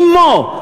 אמו,